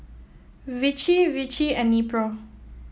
Vichy Vichy and Nepro